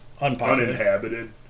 uninhabited